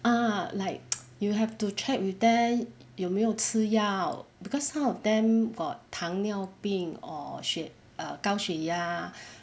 ah like you have to check with them 有没有吃药 because some of them got 糖尿病 or 血 err 高血压